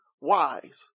wise